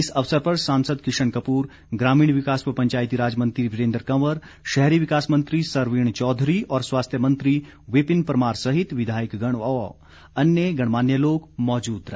इस अवसर पर सांसद किशन कप्र ग्रामीण विकास व पंचायतीराज मंत्री वीरेंद्र कंवर शहरी विकास मंत्री सरवीण चौधरी और स्वास्थ्य मंत्री विपिन परमार सहित विधायकगण व अन्य गणमान्य लोग मौजूद रहे